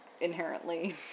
inherently